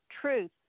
truth